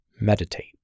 Meditate